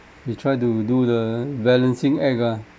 we try to do the balancing act ah